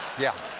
yeah,